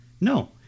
No